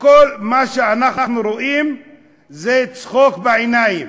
כל מה שאנחנו רואים זה צחוק בעיניים.